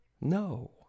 No